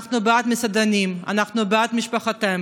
אנחנו בעד המסעדנים, אנחנו בעד משפחותיהם,